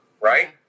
right